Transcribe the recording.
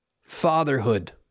fatherhood